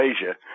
Asia